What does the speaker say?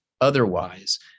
otherwise